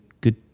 good